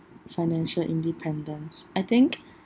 financial independence I think